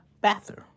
bathroom